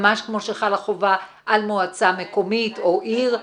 ממש כמו שחלה חובה על מועצה מקומית או עיר?